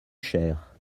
chère